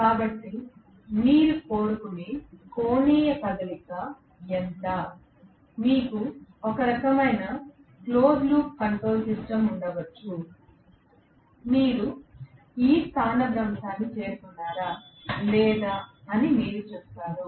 కాబట్టి మీరు కోరుకునే కోణీయ కదలిక ఎంత మీకు ఒకరకమైన క్లోజ్ లూప్ కంట్రోల్ సిస్టమ్ ఉండవచ్చు మీరు ఈ స్థానభ్రంశానికి చేరుకున్నారా లేదా అని మీరు చెబుతారు